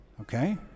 okay